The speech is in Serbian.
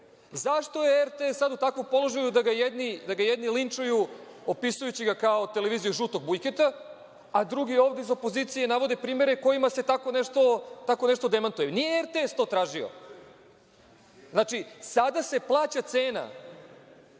Zašto je RTS sada u takvom položaju da ga jedni linčuju, opisujući ga kao televiziju žutog Vujketa, a drugi ovde iz opozicije navode primere kojima se tako nešto demantuje. Nije RTS to tražio, znači, sada se plaća cena